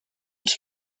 ens